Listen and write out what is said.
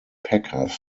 packers